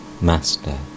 Master